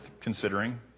considering